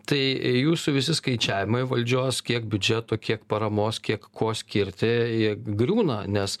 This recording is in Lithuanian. tai jūsų visi skaičiavimai valdžios kiek biudžeto kiek paramos kiek ko skirti jie griūna nes